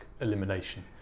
elimination